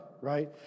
right